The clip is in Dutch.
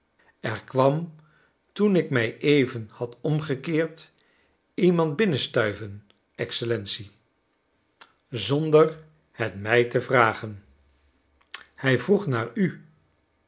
er kwam toen ik mij even had omgekeerd iemand binnenstuiven excellentie zonder het mij te vragen hij vroeg naar u